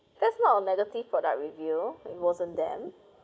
that's not a negative product review it wasn't them